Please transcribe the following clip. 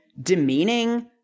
demeaning